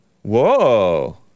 Whoa